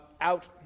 out